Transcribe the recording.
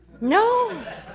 No